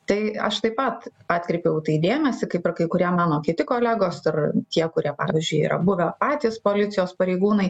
tai aš taip pat atkreipiau į tai dėmesį kaip ir kai kurie mano kiti kolegos ir tie kurie pavyzdžiui yra buvę patys policijos pareigūnai